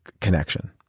connection